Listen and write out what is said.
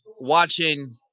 watching